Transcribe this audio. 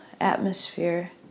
atmosphere